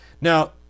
Now